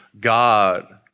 God